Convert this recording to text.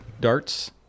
darts